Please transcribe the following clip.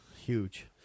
Huge